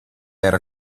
era